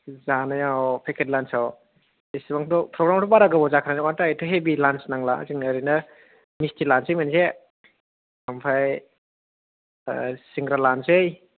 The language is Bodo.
जानायाव पेकेट लान्च आव बिसिबां थ' प्रग्रामाथ' बारा गोबाव जाखानाय नङा थ एथ' हेभि लान्च नांला जोंनो एरैनो मिस्ति लानसै मोनसे आमफ्राय आह सिंग्रा लानसै